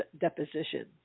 deposition